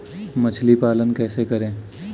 मछली पालन कैसे करें?